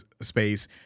space